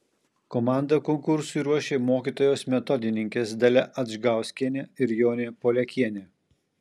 komandą konkursui ruošė mokytojos metodininkės dalia adžgauskienė ir jonė poliakienė